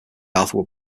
arthur